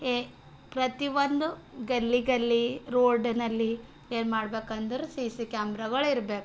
ಏ ಪ್ರತಿಯೊಂದು ಗಲ್ಲಿ ಗಲ್ಲಿ ರೋಡ್ನಲ್ಲಿ ಏನು ಮಾಡ್ಬೇಕಂದ್ರೆ ಸಿ ಸಿ ಕ್ಯಾಮ್ರಾಗಳು ಇರ್ಬೇಕು